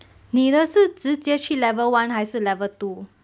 你的是直接去 level one 还是 level two